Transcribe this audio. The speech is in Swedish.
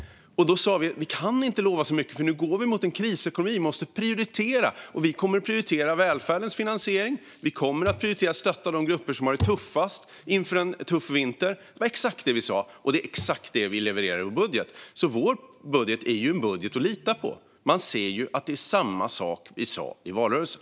Då sa vi att vi inte kan lova så mycket, eftersom vi går mot en krisekonomi och måste prioritera. Socialdemokraterna kommer att prioritera välfärdens finansiering och att stötta de grupper som har det tuffast inför en tuff vinter. Det var exakt det vi sa, och det är exakt det vi levererar i vår budget. Vår budget är en budget att lita på. Man ser ju att det är samma sak som vi sa i valrörelsen.